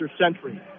Century